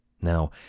Now